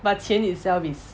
but 钱 itself is